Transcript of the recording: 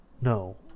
No